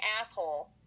asshole